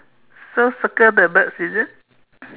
so circle the birds is it